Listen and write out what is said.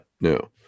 no